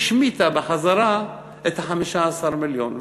השמיטה בחזרה את 15 המיליון,